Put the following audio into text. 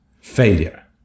failure